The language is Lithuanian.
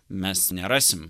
mes nerasim